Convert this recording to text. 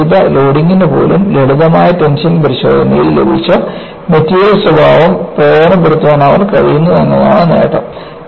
സംയോജിത ലോഡിംഗിനുപോലും ലളിതമായ ടെൻഷൻ പരിശോധനയിൽ ലഭിച്ച മെറ്റീരിയൽ സ്വഭാവം പ്രയോജനപ്പെടുത്താൻ അവർക്ക് കഴിയുന്നു എന്നതാണ് നേട്ടം